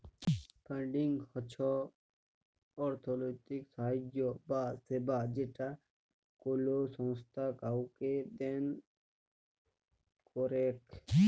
funding হচ্ছ অর্থলৈতিক সাহায্য বা সেবা যেটা কোলো সংস্থা কাওকে দেন করেক